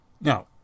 Now